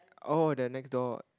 oh the next door